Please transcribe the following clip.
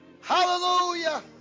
Hallelujah